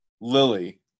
Lily